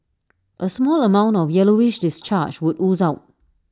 A small amount of yellowish discharge would ooze out